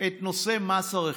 את נושא מס הרכישה.